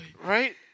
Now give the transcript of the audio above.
Right